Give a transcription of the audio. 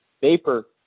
vapor